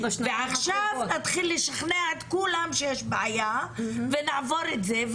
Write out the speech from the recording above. ועכשיו נתחיל לשכנע את כולם שיש בעיה ונעבור את זה,